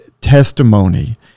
testimony